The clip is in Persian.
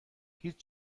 هیچ